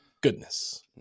goodness